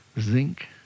Zinc